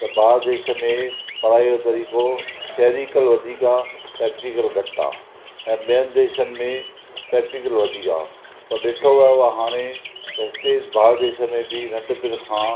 त भारत देश में पढ़ाईअ जो तरीको थिओरिकल वधीक आहे प्रैक्टिकल घटि आहे ऐं ॿियनि देशनि में प्रैक्टिकल वधीक आहे ऐं ॾिठो वियो आहे हाणे हिते भारत देश में बि नंढपण खां